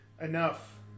enough